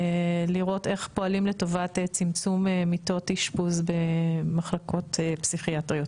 לראות איך פועלים לטובת צמצום מיטות אשפוז במחלקות פסיכיאטריות.